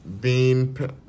Bean